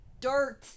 dirt